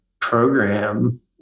program